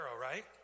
right